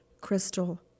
Crystal